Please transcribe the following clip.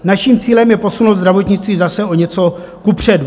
Naším cílem je posunout zdravotnictví zase o něco kupředu.